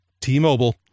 T-Mobile